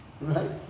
right